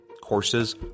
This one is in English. Courses